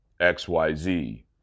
XYZ